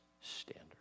standard